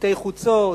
בשלטי חוצות,